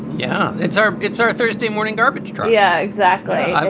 yeah, it's our it's our thursday morning garbage truck yeah, exactly.